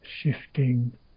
shifting